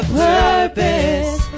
purpose